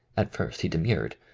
at first he demurred,